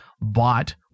bought